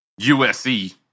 USC